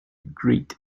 greet